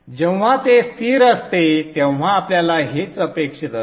जेव्हा ते स्थिर असते तेव्हा आपल्याला हेच अपेक्षित असते